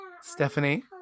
Stephanie